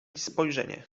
spojrzenie